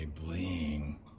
bling